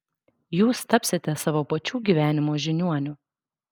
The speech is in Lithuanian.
jūs tapsite savo pačių gyvenimo žiniuoniu